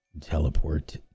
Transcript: teleport